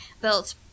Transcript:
built